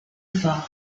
forme